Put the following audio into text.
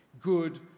good